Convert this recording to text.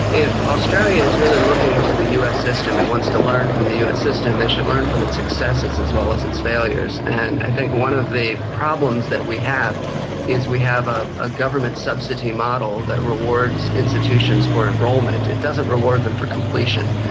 if australia is really looking to the us system and wants to learn from the us system they should learn from its successes as well as its failures. and i think one of the problems that we have is we have a ah government subsidy model that rewards institutions for enrolment, it doesn't reward them for completion,